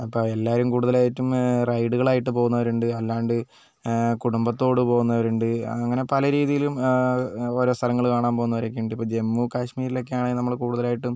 അപ്പോൾ എല്ലാവരും കൂടുതലായിട്ടും റൈഡുകളായിട്ട് പോവുന്നവരുണ്ട് അല്ലാണ്ട് കുടുംബത്തോടെ പോവുന്നവരുണ്ട് അങ്ങനെ പല രീതിയിലും ഓരോ സ്ഥലങ്ങൾ കാണാൻ പോവുന്നവരൊക്കെയുണ്ട് ഇപ്പോൾ ജമ്മു കാശ്മീർലൊക്കെയാണെങ്കിൽ നമ്മൾ കൂടുതലായിട്ടും